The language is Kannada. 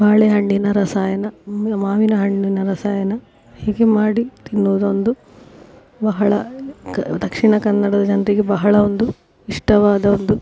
ಬಾಳೆಹಣ್ಣಿನ ರಸಾಯನ ಮಾವಿನಹಣ್ಣಿನ ರಸಾಯನ ಹೀಗೆ ಮಾಡಿ ತಿನ್ನೋದೊಂದು ಬಹಳ ಕ ದಕ್ಷಿಣ ಕನ್ನಡದ ಜನರಿಗೆ ಬಹಳ ಒಂದು ಇಷ್ಟವಾದ ಒಂದು